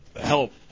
help